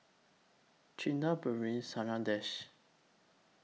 Chanda Bellur Sundaresh